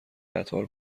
قطار